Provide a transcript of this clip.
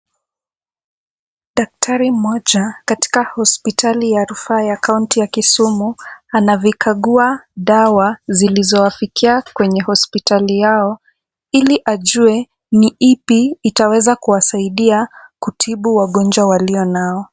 Daktari mmoja katika hospitali ya rufaa ya kaunti ya Kisumu, anazikagua dawa zilizowafikia kwenye hospitali yao ili ajue ni ipi itaweza kuwasaidia kutibu wagonjwa walio nao.